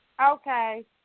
Okay